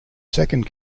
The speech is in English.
second